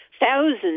thousands